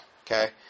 okay